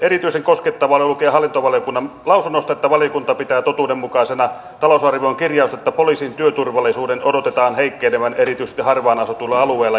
erityisen koskettavana lukee hallintovaliokunnan lausunnossa että valiokunta pitää totuudenmukaisena talousvaliokunnan kirjausta että poliisin työturvallisuuden odotetaan heikkenevän erityisesti harvaan asutuilla alueilla